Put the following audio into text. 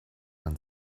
man